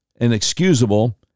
inexcusable